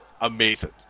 amazing